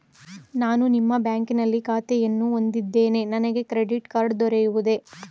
ನಾನು ನಿಮ್ಮ ಬ್ಯಾಂಕಿನಲ್ಲಿ ಖಾತೆಯನ್ನು ಹೊಂದಿದ್ದೇನೆ ನನಗೆ ಕ್ರೆಡಿಟ್ ಕಾರ್ಡ್ ದೊರೆಯುವುದೇ?